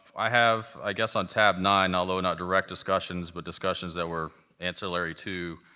i have, i guess, on tab nine, although not direct discussions, but discussions that were ancillary to